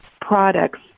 products